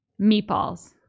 Meatballs